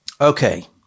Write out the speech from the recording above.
Okay